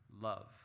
love